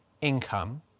income